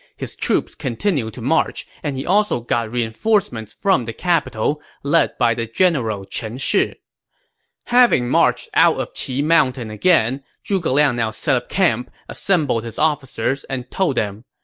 his troops continued to march, and he also got reinforcements from the capital, led by the general chen shi having marched out of qi mountain again, zhuge liang now set up camp, assembled his officers, and told them,